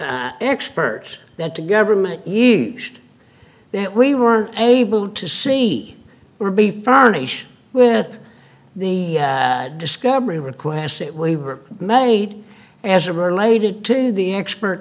experts that the government eased that we weren't able to see or be furnished with the discovery requests it we were made as a related to the expert